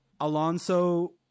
Alonso